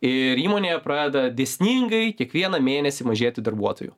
ir įmonė pradeda dėsningai kiekvieną mėnesį mažėti darbuotojų